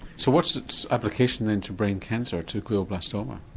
so what's its application then to brain cancer, to glioblastoma?